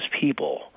people